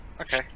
Okay